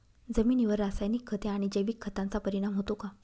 जमिनीवर रासायनिक खते आणि जैविक खतांचा परिणाम होतो का?